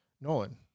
Nolan